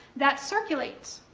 that circulate.